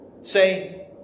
Say